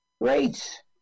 great